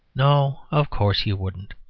no, of course you wouldn't.